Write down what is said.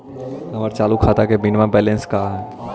हमर चालू खाता के मिनिमम बैलेंस का हई?